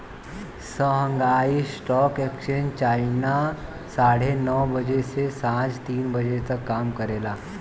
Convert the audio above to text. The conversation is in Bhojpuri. शांगहाई स्टॉक एक्सचेंज चाइना साढ़े नौ बजे से सांझ तीन बजे तक काम करेला